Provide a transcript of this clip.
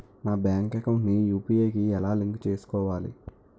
నా bank account ని UPI కి ఎలా లింక్ చేసుకోవాలి?